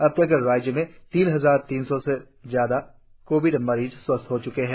अब तक राज्य में तीन हजार तीन सौ से ज्यादा कोविड मरीज स्वस्थ हो च्के है